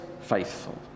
faithful